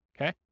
okay